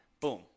Boom